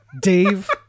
Dave